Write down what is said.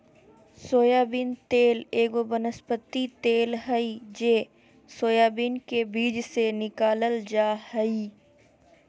soybean तेल एगो वनस्पति तेल हइ जे सोयाबीन के बीज से निकालल जा हइ